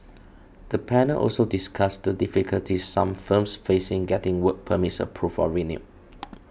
the panel also discussed the difficulties some firms faced in getting work permits approved or renewed